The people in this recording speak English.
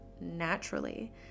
naturally